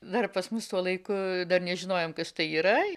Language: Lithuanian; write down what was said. dar pas mus tuo laiku dar nežinojom kas tai yra